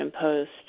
Post